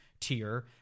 tier